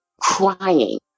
crying